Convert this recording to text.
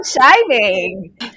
shining